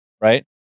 right